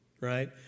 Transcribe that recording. right